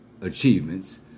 achievements